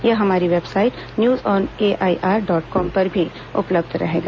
यह हमारी website news on AIR dot com पर भी उपलब्ध रहेगा